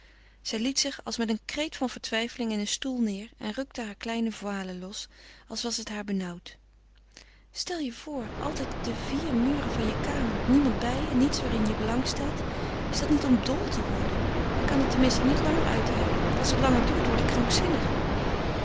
zij liet zich als met een kreet van vertwijfeling in een stoel neêr en rukte hare kleine voile los als was het haar benauwd stel je voor altijd de vier muren van je kamer niemand bij je niets waarin je belang stelt is dat niet om dol te worden ik kan het tenminste niet langer uithouden als het langer duurt word ik krankzinnig